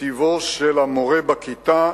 בטיבו של המורה בכיתה,